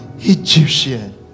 Egyptian